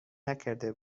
نکرده